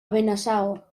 benasau